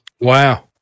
Wow